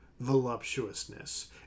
voluptuousness